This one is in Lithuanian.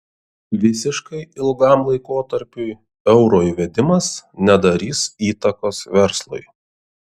visiškai ilgam laikotarpiui euro įvedimas nedarys įtakos verslui